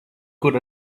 good